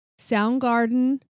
Soundgarden